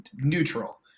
neutral